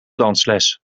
dansles